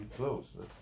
close